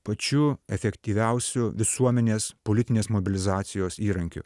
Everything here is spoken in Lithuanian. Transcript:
pačiu efektyviausiu visuomenės politinės mobilizacijos įrankiu